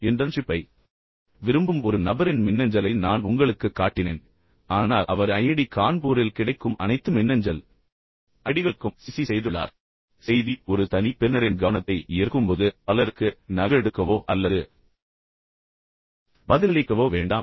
இன்டர்ன்ஷிப்பை விரும்பும் ஒரு நபரின் மின்னஞ்சலை நான் உங்களுக்குக் காட்டினேன் ஆனால் அவர் ஐஐடி கான்பூரில் கிடைக்கும் அனைத்து மின்னஞ்சல் ஐடிகளுக்கும் சிசி செய்துள்ளார் எனவே செய்தி ஒரு தனி பெறுநரின் கவனத்தை ஈர்க்கும்போது பலருக்கு நகலெடுக்கவோ அல்லது பதிலளிக்கவோ வேண்டாம்